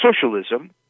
socialism